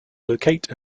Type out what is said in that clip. locate